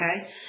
okay